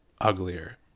uglier